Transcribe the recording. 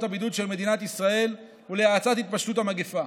הבידוד של מדינת ישראל ולהאצת התפשטות המגפה.